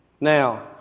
Now